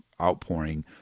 outpouring